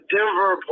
Denver